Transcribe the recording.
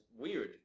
weird